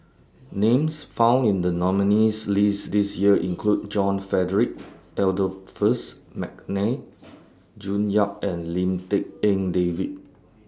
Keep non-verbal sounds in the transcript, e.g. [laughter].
Names found in The nominees' list This Year include John Frederick [noise] Adolphus Mcnair June Yap and Lim Tik En David